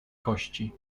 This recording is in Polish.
kości